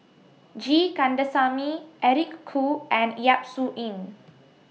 G Kandasamy Eric Khoo and Yap Su Yin